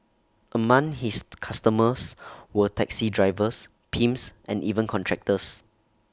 among his customers were taxi drivers pimps and even contractors